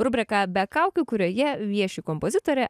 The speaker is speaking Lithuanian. rubriką be kaukių kurioje vieši kompozitorė